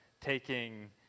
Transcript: taking